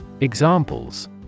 Examples